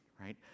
right